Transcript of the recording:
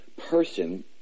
person